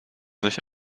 sich